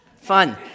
Fun